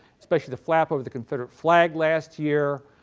especially the flack over the confederate flag last year,